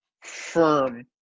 firm –